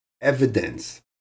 evidence